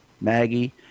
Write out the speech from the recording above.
Maggie